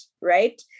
right